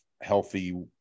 healthy